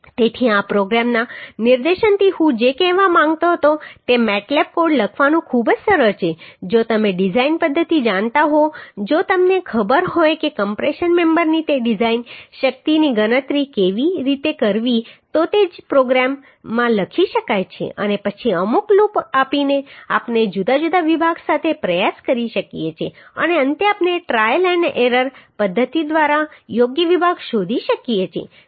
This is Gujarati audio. તેથી આ પ્રોગ્રામના નિદર્શનથી હું જે કહેવા માંગતો હતો તે MATLAB કોડ લખવાનું ખૂબ જ સરળ છે જો તમે ડિઝાઇન પદ્ધતિ જાણતા હોવ જો તમને ખબર હોય કે કમ્પ્રેશન મેમ્બરની તે ડિઝાઇન શક્તિની ગણતરી કેવી રીતે કરવી તો તે જ પ્રોગ્રામમાં લખી શકાય છે અને પછી અમુક લૂપ આપીને આપણે જુદા જુદા વિભાગ સાથે પ્રયાસ કરી શકીએ છીએ અને અંતે આપણે ટ્રાયલ અને એરર પદ્ધતિ દ્વારા યોગ્ય વિભાગ શોધી શકીએ છીએ